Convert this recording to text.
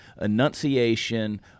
enunciation